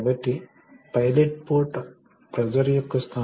కాబట్టి సాధారణంగా పంపు బ్యాటరీ లాగా ఉంటుంది అయితే మోటారు లోడ్ వలే ఉంటుంది